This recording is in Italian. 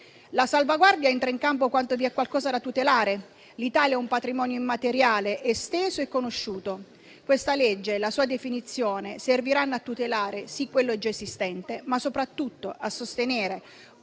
La salvaguardia entra in campo quanto vi è qualcosa da tutelare. L'Italia è un patrimonio immateriale esteso e conosciuto. Questa legge e la sua definizione serviranno a tutelare - sì - quello già esistente, ma soprattutto a sostenere